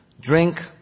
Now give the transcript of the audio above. drink